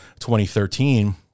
2013